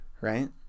right